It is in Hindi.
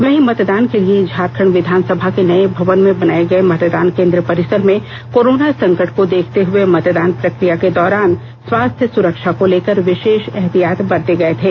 वहीं मतदान के लिए झारखंड विधानसभा के नए भवन में बनाए गए मतदान के द्व परिसर में कोरोना संकट को देखते हुए मतदान प्रशिक्र या के दौरान स्वास्थ्य सुरक्षा को लेकर विशेष एहतियात बरते गए थे